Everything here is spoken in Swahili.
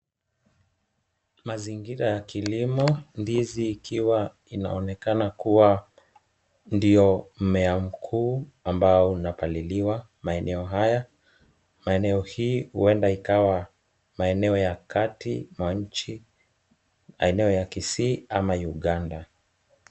Mazingira ya kilimo, ndizi ikiwa inaonekana kuwa ndio mmea mkuu ambao unapaliliwa maeneo haya. Maeneo hii huenda ikawa maeneo ya kati mwa nchi, maeneo ya Kisii ama Uganda.